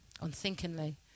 unthinkingly